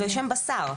לשם בשר.